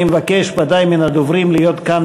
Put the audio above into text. אני מבקש, ודאי, מן הדוברים להיות כאן